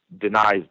denies